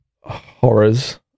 horrors